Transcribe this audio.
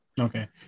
Okay